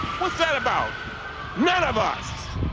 what's that about none of us